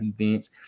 events